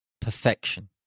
perfection